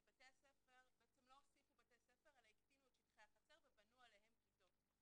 כי בעצם לא הוסיפו בתי ספר אלא הקטינו את שטחי החצר ובנו עליהם כיתות,